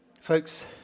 Folks